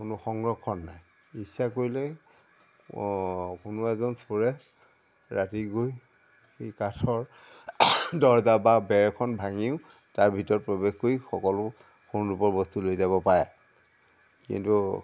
কোনো সংৰক্ষণ নাই ইচ্ছা কৰিলে কোনো এজন চোৰে ৰাতি গৈ সেই কাঠৰ দৰ্জা বা বেৰ এখন ভাঙিও তাৰ ভিতৰত প্ৰৱেশ কৰি সকলো সোণ ৰূপৰ বস্তু লৈ যাব পাৰে কিন্তু